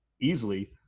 easily